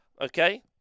okay